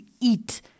eat